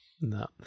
No